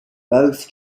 both